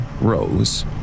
Rose